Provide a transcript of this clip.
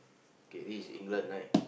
K this is England right